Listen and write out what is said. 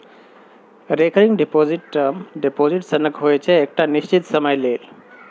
recurring deposit term deposit सनक होइ छै एकटा निश्चित समय लेल